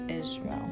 israel